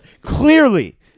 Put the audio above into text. Clearly